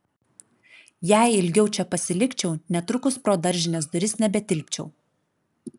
jei ilgiau čia pasilikčiau netrukus pro daržinės duris nebetilpčiau